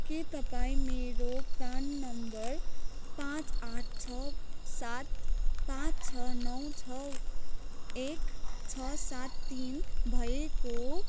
के तपाईँँ मेरो प्रान नम्बर पाँच आठ छ सात पाँच छ नौ छ एक छ सात तिन भएको